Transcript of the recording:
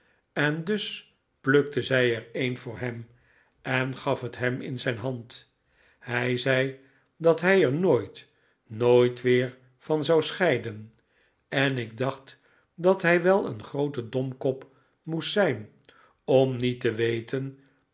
en dus plukte zij er een voor hem en gaf het hem in zijn hand hij zei dat hij er nooit nooit weer van zou scheiden en ik dacht dat hij wel een groote domkop moest zijn om niet te weten